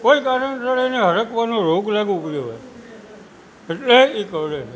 કોઈ કારણસર એને હડકવાનો રોગ લાગ્યો એટલે એ કરડે છે